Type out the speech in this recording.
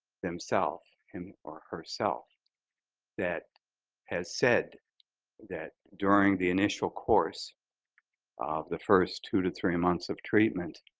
themselves and or herself that has said that during the initial course of the first two to three months of treatment,